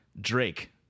Drake